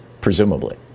presumably